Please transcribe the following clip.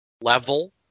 level